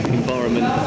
environment